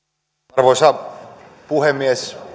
arvoisa puhemies